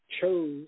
chose